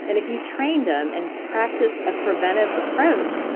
and if you train them and practice a preventive approach,